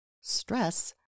Stress